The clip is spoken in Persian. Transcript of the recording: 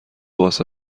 واسه